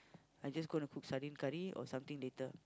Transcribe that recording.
I just gonna cook sardine curry or something later